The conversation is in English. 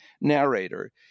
narrator